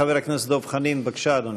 חבר הכנסת דב חנין, בבקשה, אדוני.